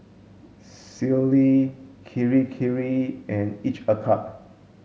Sealy Kirei Kirei and Each a cup